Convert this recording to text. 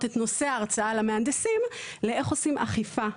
את נושא ההרצאה למהנדסים לאיך עושים אכיפה,